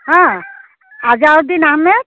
হাঁ আজাউদ্দিন আহমেদ